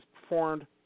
performed